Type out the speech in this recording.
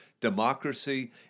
democracy